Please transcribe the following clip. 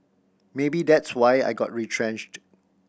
maybe that's why I got retrenched